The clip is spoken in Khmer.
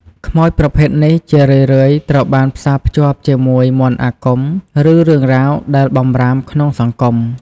ខ្មោចប្រភេទនេះជារឿយៗត្រូវបានផ្សារភ្ជាប់ជាមួយ មន្តអាគម ឬរឿងរ៉ាវដែលបម្រាមក្នុងសង្គម។